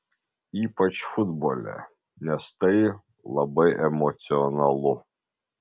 ypač futbole nes tai labai emocionalu